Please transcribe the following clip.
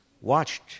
watched